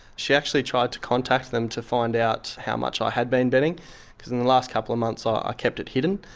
she actually tried to contact them to find out how much i had been betting because in the last couple of months ah i kept it hidden.